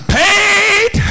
paid